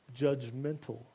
judgmental